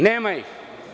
Nema ih.